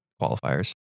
qualifiers